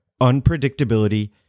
Unpredictability